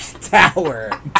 Tower